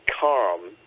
calm